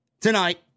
tonight